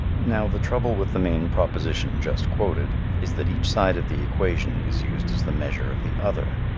now the trouble with the main proposition just quoted is that each side of the equation is used as the measure of the other.